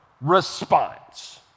response